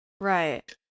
Right